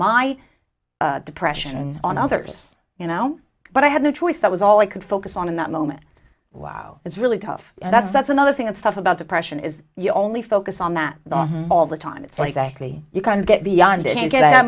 my depression on others you know but i had no choice that was all i could focus on in that moment wow it's really tough that's that's another thing that stuff about depression is you only focus on that all the time it's like exactly you kind of get beyond it you get a